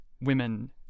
women